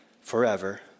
forever